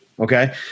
Okay